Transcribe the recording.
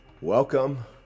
Welcome